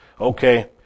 okay